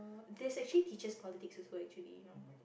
there's actually teachers politics also actually you know